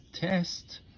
test